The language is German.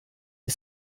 die